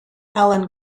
allan